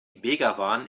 begawan